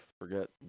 forget